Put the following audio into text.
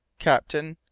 captain.